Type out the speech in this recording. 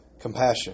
compassion